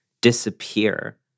disappear